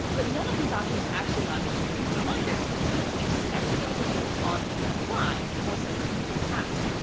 but none of these options actually allow me to create reminders, which is what you'd expect to be able to do on the fly, more so than create tasks.